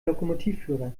lokomotivführer